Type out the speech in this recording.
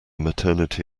maternity